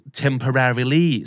temporarily